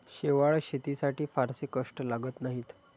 शेवाळं शेतीसाठी फारसे कष्ट लागत नाहीत